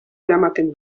eramaten